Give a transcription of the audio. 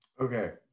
Okay